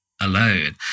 alone